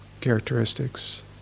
characteristics